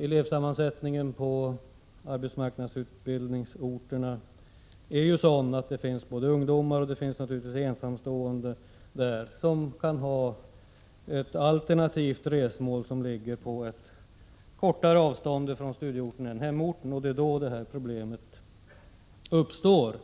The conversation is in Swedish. Elevsammansättningen i arbetsmarknadsutbildningen visar att de studerande ofta är ungdomar och ensamstående, som kan ha ett alternativt resmål på ett kortare avstånd från studieorten än hemorten. Det är i sådana fall problemet uppstår.